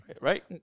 right